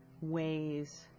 ways